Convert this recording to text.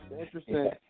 interesting